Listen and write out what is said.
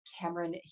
Cameron